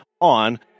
on